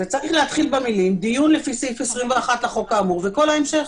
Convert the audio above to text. זה צריך להתחיל במילים: "דיון לפי סעיף 21 לחוק האמור...." וכל ההמשך.